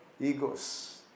egos